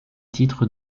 titre